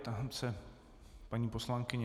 Ptám se paní poslankyně.